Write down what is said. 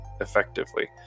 effectively